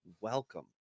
welcome